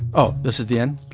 oh, this is the end.